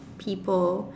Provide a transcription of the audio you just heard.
people